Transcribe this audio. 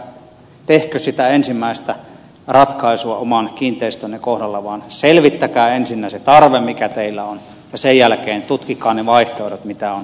älkää tehkö sitä ensimmäistä ratkaisua oman kiinteistönne kohdalla vaan selvittäkää ensinnäkin se tarve mikä teillä on ja sen jälkeen tutkikaa ne vaihtoehdot mitä on käytettävissä